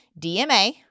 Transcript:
DMA